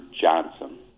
Johnson